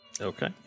Okay